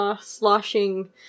sloshing